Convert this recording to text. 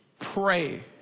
pray